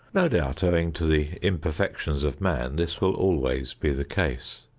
no doubt, owing to the imperfections of man, this will always be the case.